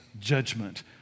judgment